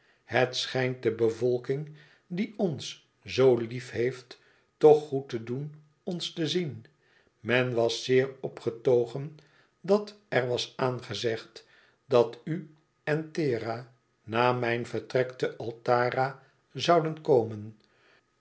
het schijnt de bevolking die ons zoo lief heeft toch goed te doen ons te zien men was zeer opgetogen dat er was aangezegd dat u en thera na mijn vertrek te altara zouden komen